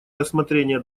рассмотрение